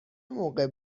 موقع